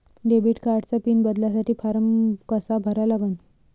Debit कार्डचा PIN बदलासाठी form कसा भरा लागन?